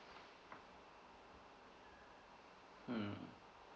mm